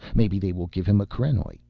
maybe they will give him a krenoj.